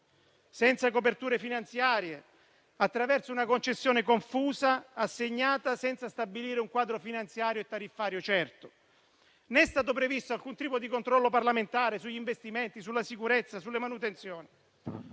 senza coperture finanziarie, attraverso una concessione confusa assegnata senza stabilire un quadro finanziario e tariffario certo. Non è stato previsto alcun tipo di controllo parlamentare sugli investimenti, sulla sicurezza, sulle manutenzioni.